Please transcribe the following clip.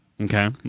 Okay